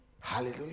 Hallelujah